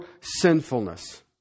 sinfulness